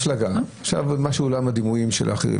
עכשיו מעולם הדימויים של אחרים,